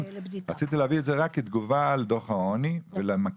רק רציתי להביא את זה כתגובה על דוח העוני ולמקד